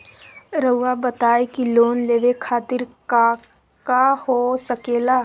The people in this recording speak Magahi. रउआ बताई की लोन लेवे खातिर काका हो सके ला?